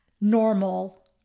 normal